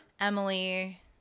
Emily